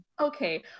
Okay